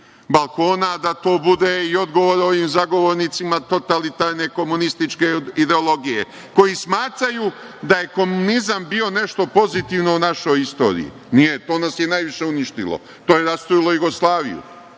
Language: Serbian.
balkona, da to bude i odgovor ovim zagovornica totalitarne komunističke ideologije, koji smatraju da je komunizam bio nešto pozitivno u našoj istoriji. Nije, to nas je najviše uništilo. To je rasturilo Jugoslaviju. Da